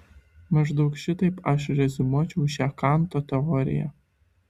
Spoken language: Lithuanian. maždaug šitaip aš reziumuočiau šią kanto teoriją